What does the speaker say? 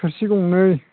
थोरसि गंनै